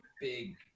big